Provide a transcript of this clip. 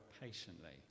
patiently